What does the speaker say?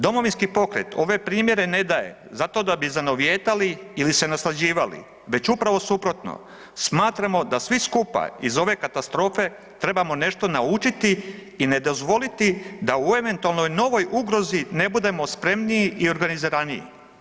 Domovinski pokret ove primjere ne daje zato da bi zanovijetali ili se naslađivali već upravo suprotno smatramo da svi skupa iz ove katastrofe trebamo nešto naučiti i ne dozvoliti da u eventualnoj novoj ugrozi ne budemo spremniji i organiziraniji.